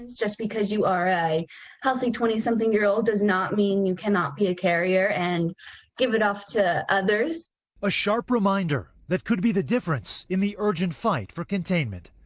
just because you are a healthy twenty something year old does not mean you cannot be a carrier and give it off to others. reporter a sharp reminder that could be the difference in the urgent fight for containment.